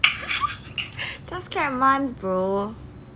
just kept mine's bro